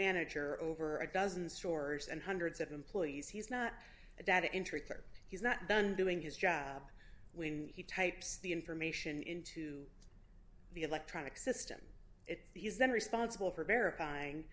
manager over a dozen stores and hundreds of employees he's not a data entry clerk he's not done doing his job when he types the information into the electronic system it is then responsible for verifying